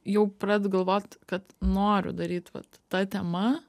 jau pradedu galvot kad noriu daryt vat ta tema